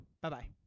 Bye-bye